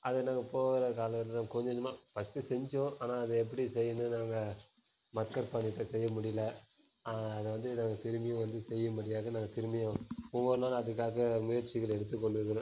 அதை நாங்கள் போகிற காலக்கட்டத்தில் கொஞ்சம் கொஞ்சமாக ஃபர்ஸ்ட்டு செஞ்சோம் ஆனால் அது எப்படி செய்யணும் நாங்கள் மக்கர் பண்ணிவிட்டோம் செய்ய முடியல அதை வந்து நாங்கள் திரும்பியும் வந்து செய்ய முடியாது நாங்கள் திரும்பியும் ஒவ்வொரு நாளும் அதுக்காக முயற்சிகள் எடுத்துக் கொண்டிருக்கிறோம்